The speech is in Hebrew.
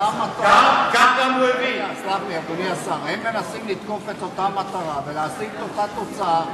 הם מנסים לתקוף את אותה מטרה ולהשיג את אותה תוצאה